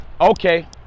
Okay